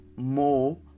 more